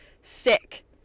sick